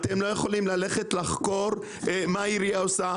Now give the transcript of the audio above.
אתם לא יכולים ללכת לחקור מה עירייה עושה